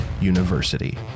University